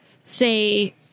say